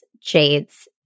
jade's